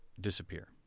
disappear